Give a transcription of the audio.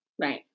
Right